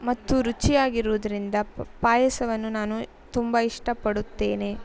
ಮತ್ತು ರುಚಿಯಾಗಿರೋದ್ರಿಂದ ಪ್ ಪಾಯಸವನ್ನು ನಾನು ತುಂಬ ಇಷ್ಟಪಡುತ್ತೇನೆ